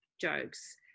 jokes